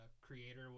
creator